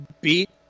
beat